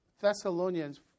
Thessalonians